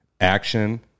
action